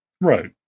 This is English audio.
right